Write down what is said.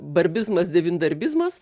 barbizmas devyndarbizmas